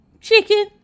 Chicken